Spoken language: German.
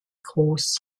groß